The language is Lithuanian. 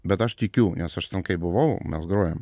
bet aš tikiu nes aš ten kaip buvau mes grojom